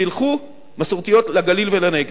שילכו, מסורתיות, לגליל ולנגב.